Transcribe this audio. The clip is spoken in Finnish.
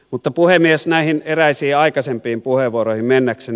mutta puhemies näihin eräisiin aikaisempiin puheenvuoroihin mennäkseni